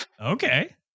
Okay